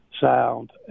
sound